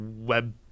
web